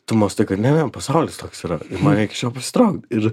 tu mąstai kad ne ne pasaulis toks yra man reik iš jo pasitraukt ir